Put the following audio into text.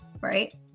right